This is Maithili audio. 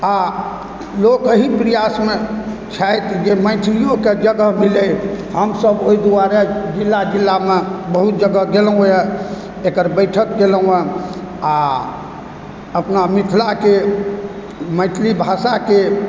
आ लोक एहि प्रयासमे छथि जे मैथिलिओके जगह मिलै हमसभ ओहि दुआरे जिला जिलामे बहुत जगह गेलहुँ हँ एकर बैठक केलहुँ हँ आ अपना मिथिलाके मैथिली भाषाके